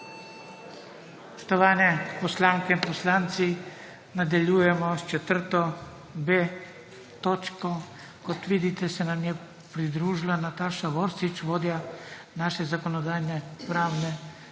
Spoštovani poslanke in poslanci, nadaljujemo s 4.b točko. Kot vidite, se nam je pridružila Nataša Voršič, vodja naše Zakonodajno-pravne